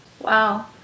Wow